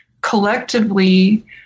collectively